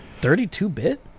32-bit